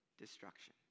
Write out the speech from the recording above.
destruction